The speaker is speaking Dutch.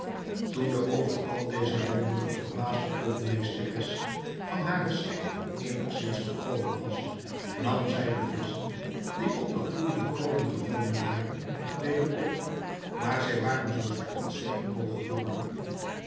toen de over al deze wonderen verbaasde keukenmeesteres van haren schrik eenigzins bekomen was nam zij de visschen die op de gloeiende kolen gevallen waren weder op maar zij waren zoo zwart als steenkool geworden